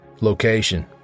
Location